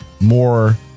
more